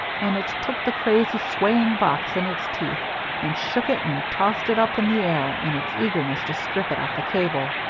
and it took the crazy, swaying box in its teeth and shook it and tossed it up in the air in its eagerness to strip it off the cable.